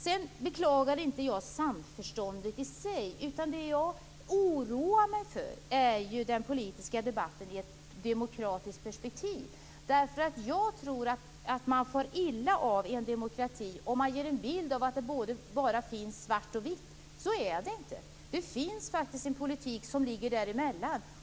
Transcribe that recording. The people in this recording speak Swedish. Jag beklagar inte samförståndet i sig, utan det som jag oroar mig för är den politiska debatten i ett demokratiskt perspektiv. Jag tror att man i en demokrati far illa av att ge en bild av att det bara finns svart och vitt. Så är det inte. Det finns faktiskt en väldigt viktig politik som ligger däremellan.